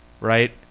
right